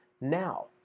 Now